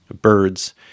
birds